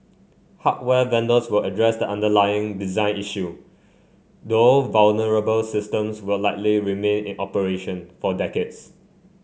hardware vendors will address the underlying design issue though vulnerable systems will likely remain in operation for decades